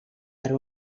per